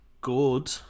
good